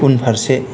उनफारसे